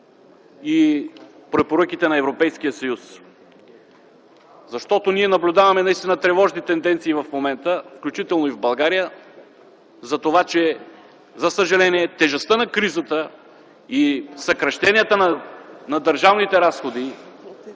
и препоръките на Европейския съюз. Защото ние наблюдаваме наистина тревожни тенденции в момента, включително и в България, за това че за съжаление тежестта на кризата и съкращенията на държавните разходи